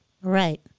Right